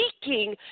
speaking